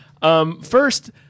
First